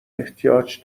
احتیاج